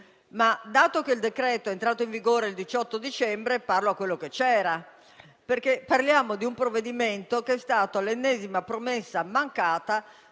ma dato che il decreto è entrato in vigore il 18 dicembre parlo a quello che c'era. Parliamo di un provvedimento che è stato l'ennesima promessa mancata